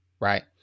right